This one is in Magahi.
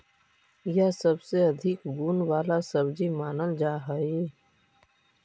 यह सबसे अधिक गुण वाला सब्जी मानल जा हई